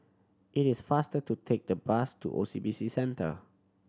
it is faster to take the bus to O C B C Centre